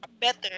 better